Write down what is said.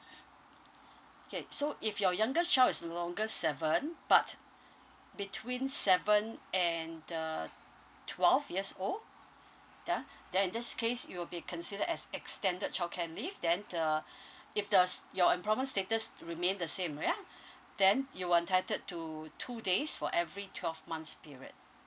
okay so if your youngest child is no longer seven but between seven and uh twelve years old ya then in this case it'll be consider as extended childcare leave then uh if the your employment status remain the same ya then you are entitled to two days for every twelve month period